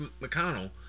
McConnell